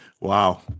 Wow